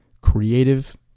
creative